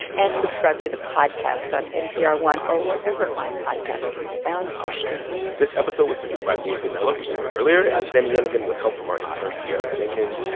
and subscribe to the podcast on npr one or wherever fine podcast can be found or streamed this episode was produced by leah donnella who you heard earlier and sami yenigun, with help from our intern, tiara jenkins.